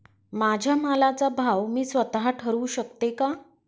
माझ्या मालाचा भाव मी स्वत: ठरवू शकते का?